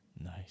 Nice